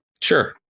Sure